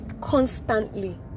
constantly